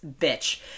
bitch